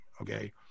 Okay